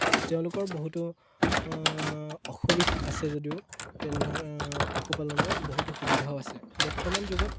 তেওঁলোকৰ বহুতো অসুবিধা আছে যদিও তেনেধৰণৰ পশুপালনৰ বহুতো সুবিধাও আছে বৰ্তমান যুগত